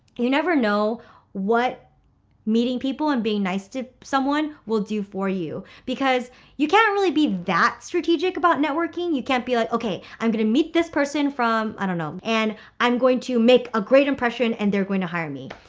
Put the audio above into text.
you never know what meeting people and being nice to someone will do for you. because you can't really be that strategic about networking. you can't be like, okay, i'm going to meet this person from i don't know, and i'm going to make a great impression and they're going to hire me.